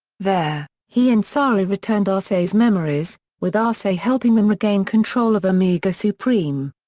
there, he and sari returned arcee's memories, with arcee helping them regain control of omega supreme.